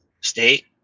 state